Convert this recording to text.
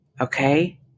Okay